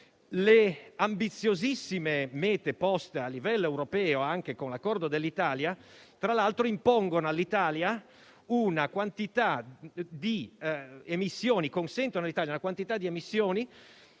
Le ambiziosissime mete poste a livello europeo, anche con l'accordo dell'Italia, tra l'altro consentono al nostro Paese una quantità di emissioni